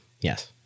Yes